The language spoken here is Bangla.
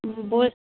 বল